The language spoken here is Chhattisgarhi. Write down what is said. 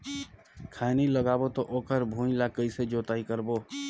खैनी लगाबो ता ओकर भुईं ला कइसे जोताई करबो?